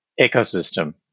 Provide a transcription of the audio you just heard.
ecosystem